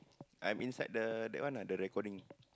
I'm inside the that one I do the recording